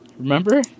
remember